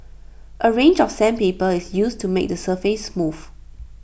A range of sandpaper is used to make the surface smooth